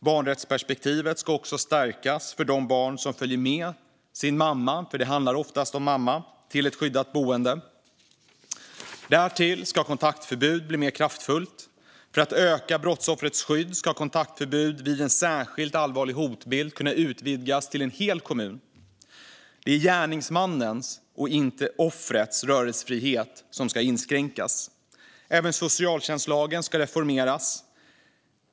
Barnrättsperspektivet ska också stärkas för de barn som följer med sin mamma - det handlar oftast om mamma - till ett skyddat boende. Därtill ska kontaktförbud bli mer kraftfullt. För att öka brottsoffrets skydd ska kontaktförbud vid en särskilt allvarlig hotbild kunna utvidgas till en hel kommun. Det är gärningsmannens, inte offrets, rörelsefrihet som ska inskränkas. Även socialtjänstlagen ska reformeras.